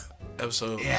Episode